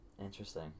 Interesting